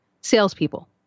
salespeople